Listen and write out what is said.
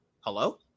Hello